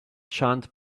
chant